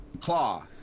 Claw